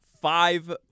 five